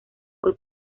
hoy